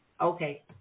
Okay